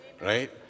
right